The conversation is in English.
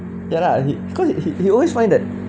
ya lah cause it he he always find that